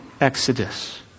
exodus